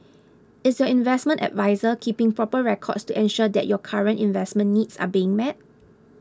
is your investment adviser keeping proper records to ensure that your current investment needs are being met